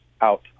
out